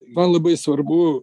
man labai svarbu